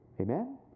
Amen